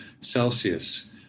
Celsius